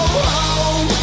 home